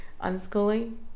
Unschooling